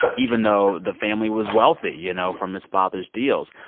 even though the family was wealthy, you know, from his father's deals.